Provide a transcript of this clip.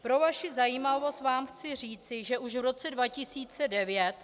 Pro vaši zajímavost vám chci říci, že už v roce 2009...